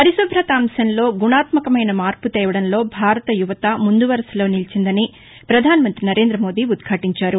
పరిశుభ్రత అంశంలో గుణాత్మకమైన మార్పు తేవడంలో భారత్ యువత ముందువరుసలో నిలిచిందని ప్రపధాన మంతి నరేంద్ర మోదీ ఉద్భాటించారు